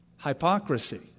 Hypocrisy